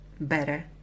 better